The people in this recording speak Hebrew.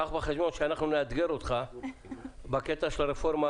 קח בחשבון שאנחנו נאתגר אותך בקטע של הרפורמה